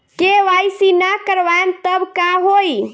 KYC ना करवाएम तब का होई?